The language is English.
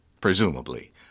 presumably